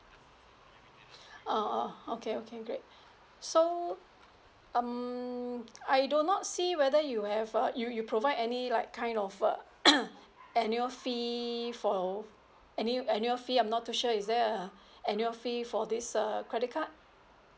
ah ah okay okay great so um I do not see whether you have uh you you provide any like kind of uh annual fee for any annual fee I'm not too sure is there a annual fee for this err credit card